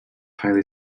highly